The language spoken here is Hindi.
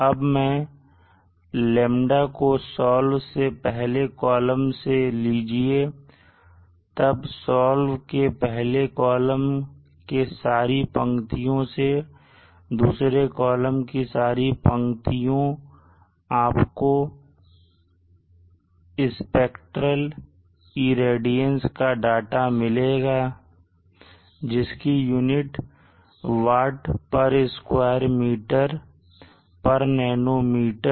अब λ को solve के पहले कॉलम से लीजिए तब solve के पहले कॉलम के सारी पंक्तियों से और दूसरे कॉलम के सारी पंक्तियों आपको pectral irradiance का डाटा मिलेगा जिसकी यूनिट होगी वाट स्क्वायर मीटर नैनोमीटर